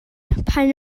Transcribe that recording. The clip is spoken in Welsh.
pan